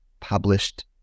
published